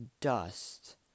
dust